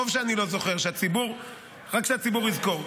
טוב שאני לא זוכר, רק שהציבור יזכור.